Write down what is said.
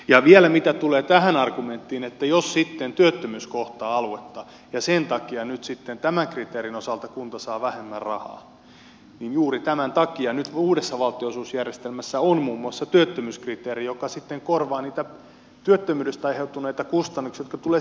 ja vielä mitä tulee tähän argumenttiin että jos sitten työttömyys kohtaa aluetta ja sen takia nyt sitten tämän kriteerin osalta kunta saa vähemmän rahaa niin juuri tämän takia nyt uudessa valtionosuusjärjestelmässä on muun muassa työttömyyskriteeri joka sitten korvaa niitä työttömyydestä aiheutuneita kustannuksia jotka tulevat sinne peruspalveluihin